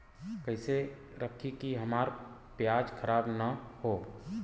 कइसे रखी कि हमार प्याज खराब न हो?